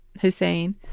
Hussein